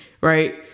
right